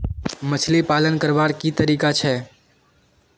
मछली पालन करवार की तरीका छे?